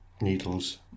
Needles